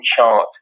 chart